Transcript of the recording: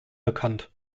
bekannt